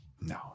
No